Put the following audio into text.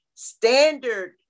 standard